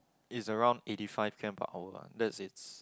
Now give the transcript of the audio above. is around eighty five K_M per hour that's its